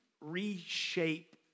reshape